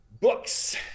books